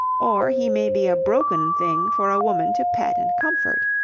or he may be a broken thing for a woman to pet and comfort.